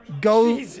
Go